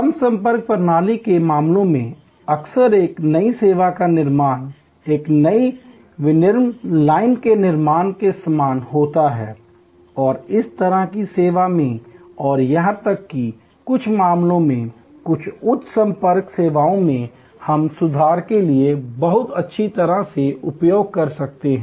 कम संपर्क प्रणाली के मामले में अक्सर एक नई सेवा का निर्माण एक नई विनिर्माण लाइन के निर्माण के समान होता है और इस तरह की सेवाओं में और यहां तक कि कुछ मामलों में कुछ उच्च संपर्क सेवाओं में हम सुधार के लिए बहुत अच्छी तरह से उपयोग कर सकते हैं